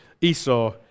Esau